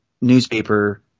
newspaper